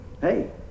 Hey